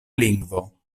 lingvo